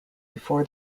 before